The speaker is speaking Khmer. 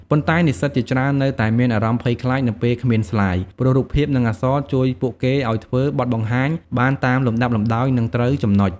ប៉ុន្តែ និស្សិតជាច្រើននៅតែមានអារម្មណ៍ភ័យខ្លាចនៅពេលគ្មានស្លាយ ព្រោះរូបភាព និងអក្សរជួយពួកគេឱ្យធ្វើបទបង្ហាញបានតាមលំដាប់លំដោយ និងត្រូវចំណុច។